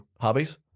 Hobbies